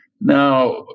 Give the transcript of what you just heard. Now